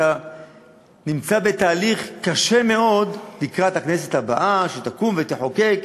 אתה נמצא בתהליך קשה מאוד לקראת הכנסת הבאה שתקום ותחוקק,